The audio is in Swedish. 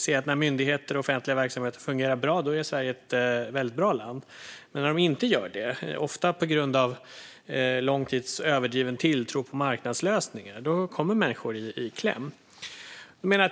När egna myndigheter och offentliga verksamheter fungerar bra är Sverige ett väldigt bra land, men när de inte gör det, ofta på grund av en lång tid av överdriven tro på marknadslösningar, kommer människor i kläm.